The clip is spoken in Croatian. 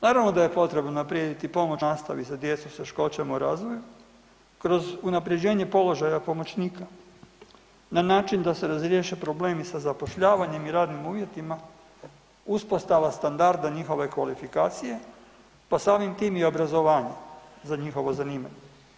Naravno da je potrebno unaprijediti pomoć u nastavi za djecu s teškoćama u razvoju kroz unaprjeđenje položaja pomoćnika na način da se razriješe problemi sa zapošljavanjem i radnim uvjetima, uspostava standarda njihove kvalifikacije, pa samim tim i obrazovanja za njihovo zanimanje.